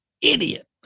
idiot